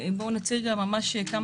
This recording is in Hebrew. נציג כעת כמה